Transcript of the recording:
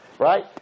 Right